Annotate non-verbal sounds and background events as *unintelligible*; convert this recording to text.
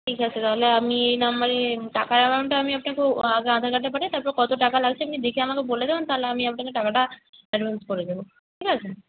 ঠিক আছে তাহলে আমি এই নম্বরে টাকার অ্যামাউন্টটা আমি আপনাকে *unintelligible* আগে আধার কার্ডটা পাঠাই তারপর কত টাকা লাগছে আপনি দেখে আমাকে বলে দেবেন তাহলে আমি আপনাকে টাকাটা অ্যাডভান্স করে দেব ঠিক আছে